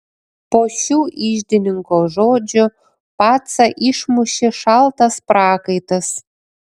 po šių iždininko žodžių pacą išmušė šaltas prakaitas